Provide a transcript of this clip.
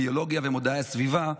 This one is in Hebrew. ביולוגיה ומדעי הסביבה,